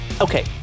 Okay